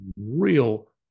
real